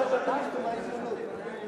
חבר הכנסת עפו אגבאריה.